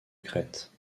crête